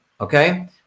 okay